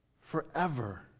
Forever